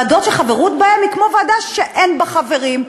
ועדות שחברות בהן היא כמו ועדה שאין בה חברים,